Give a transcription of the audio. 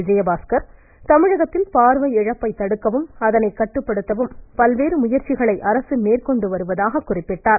விஜயபாஸ்கர் தமிழகத்தில் பார்வை இழப்பை தடுக்கவும் அதனைக் கட்டுப்படுத்தவும் பல்வேறு முயற்சிகளை அரசு மேற்கொண்டு வருவதாக குறிப்பிட்டார்